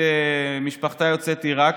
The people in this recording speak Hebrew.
משפחתה יוצאת עיראק,